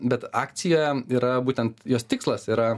bet akcija yra būtent jos tikslas yra